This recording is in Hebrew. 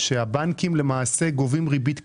שהבנקים למעשה גובים ריבית כפולה,